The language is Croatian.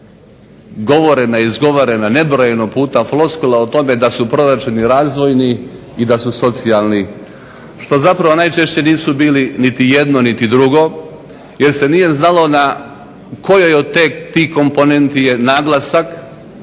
govorena, izgovorena nebrojeno puta floskula o tome da su proračuni razvojni i da su socijalni što zapravo najčešće nisu bili niti jedno niti drugo, jer se nije znalo na kojoj od tih komponenti je naglasak